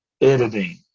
editing